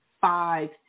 five